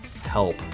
help